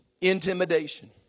intimidation